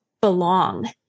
belong